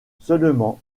seulement